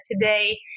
today